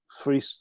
free